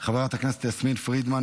חברת הכנסת יסמין פרידמן,